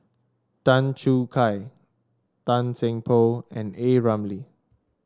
Tan Choo Kai Tan Seng Poh and A Ramli